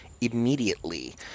immediately